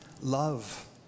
love